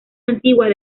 antiguas